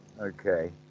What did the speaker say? okay